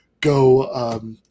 go